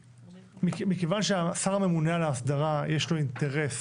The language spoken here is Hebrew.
מכיוון שהשר הממונה על ההסדרה יש לו אינטרס,